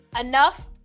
enough